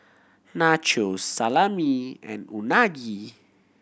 Nachos Salami and Unagi